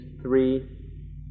three